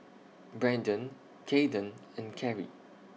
Brendan Kaeden and Carry